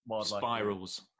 spirals